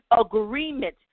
agreement